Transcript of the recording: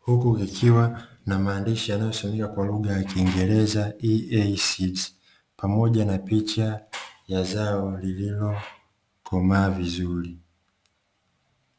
huku vikiwa na maandishi yanayosomeka kwa lugha kingereza "iesti" pamoja na picha ya zao lililokomaa vizuri.